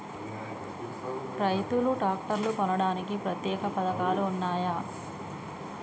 రైతులు ట్రాక్టర్లు కొనడానికి ప్రత్యేక పథకాలు ఉన్నయా?